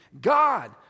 God